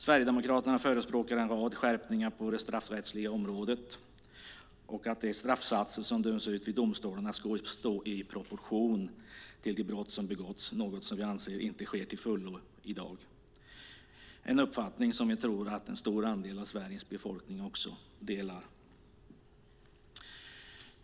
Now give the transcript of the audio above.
Sverigedemokraterna förespråkar en rad skärpningar på det straffrättsliga området och att de straffsatser som döms ut vid domstolarna ska stå i proportion till det brott som begåtts, något som vi anser inte sker till fullo i dag. Det är en uppfattning som vi tror att en stor del av Sveriges befolkning delar.